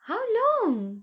how long